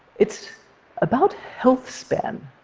it's about health span.